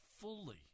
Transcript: fully